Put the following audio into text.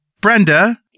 brenda